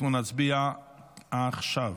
אנחנו נצביע עכשיו.